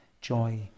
Joy